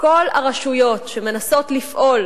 כל הרשויות שמנסות לפעול